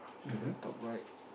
to the top right